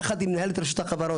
יחד עם מנהלת רשות החברות,